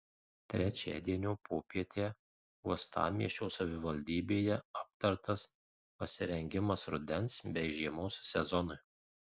trečiadienio popietę uostamiesčio savivaldybėje aptartas pasirengimas rudens bei žiemos sezonui